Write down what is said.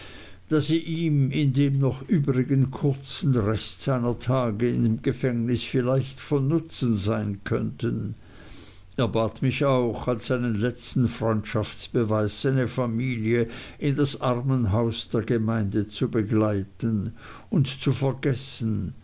da sie ihm in dem noch übrigen kurzen rest seiner tage im gefängnis vielleicht von nutzen sein könnten er bat mich auch als einen letzten freundschaftsbeweis seine familie in das armenhaus der gemeinde zu begleiten und zu vergessen